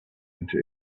into